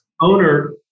owner